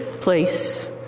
place